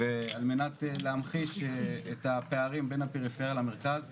על מנת להמחיש את הפערים בין הפריפריה למרכז,